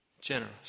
generous